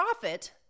profit